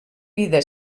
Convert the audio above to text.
vida